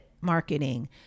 marketing